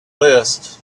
list